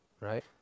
right